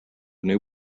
new